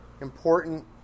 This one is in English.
important